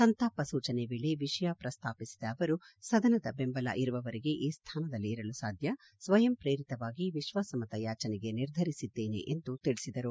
ಸಂತಾಪ ಸೂಚನೆ ವೇಳೆ ವಿಷಯ ಪ್ರಸ್ತಾಪಿಸಿದ ಅವರು ಸದನದ ಬೆಂಬಲ ಇರುವವರೆಗೆ ಈ ಸ್ಥಾನದಲ್ಲಿ ಇರಲು ಸಾಧ್ಯ ಸ್ವಯಂ ಪ್ರೇರಿತವಾಗಿ ವಿಶ್ವಾಸಮತ ಯಾಜನೆಗೆ ನಿರ್ಧರಿಸಿದ್ದೇನೆ ಎಂದು ತಿಳಿಸಿದರು